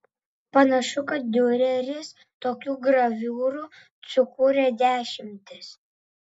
panašu kad diureris tokių graviūrų sukūrė dešimtis